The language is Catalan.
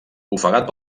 ofegat